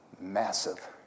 massive